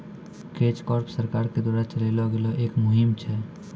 catch crop सरकार के द्वारा चलैलो गेलो एक मुहिम छै